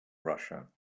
russia